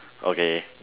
okay